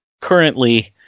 currently